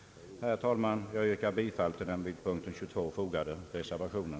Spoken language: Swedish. Herr talman! Jag yrkar bifall till den vid punkten 22 fogade reservationen.